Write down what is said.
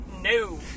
no